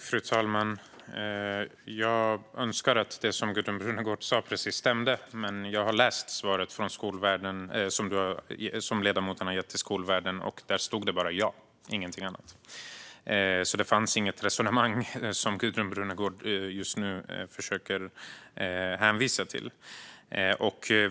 Fru talman! Jag önskar att det som Gudrun Brunegård precis sa stämde, men jag har läst ledamotens svar i Skolvärlden, och där stod det bara "ja" och ingenting annat. Det fanns alltså inget resonemang som Gudrun Brunegård just nu försöker hänvisa till.